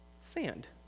sand